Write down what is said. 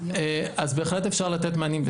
אז בהחלט אפשר לתת מענים.